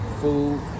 food